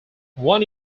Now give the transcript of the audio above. one